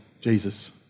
Jesus